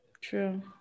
true